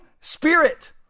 spirit